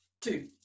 two